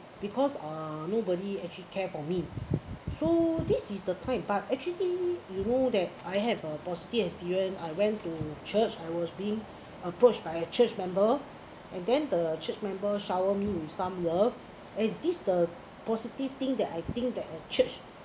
because uh nobody actually care for me so this is the time but actually you know that I have a positive experience I went to church I was being approached by a church member and then the church member shower me with some love as this the positive thing that I think that a church